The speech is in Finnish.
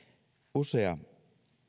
usea